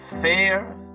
fair